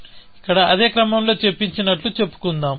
మనం ఇక్కడ అదే క్రమంలో చెప్పించినట్లు చెప్పుకుందాం